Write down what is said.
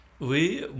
Oui